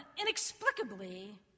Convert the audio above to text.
inexplicably